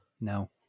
No